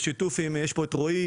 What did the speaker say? בשיתוף עם יש פה את רועי,